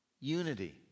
unity